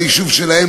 ליישוב שלהם,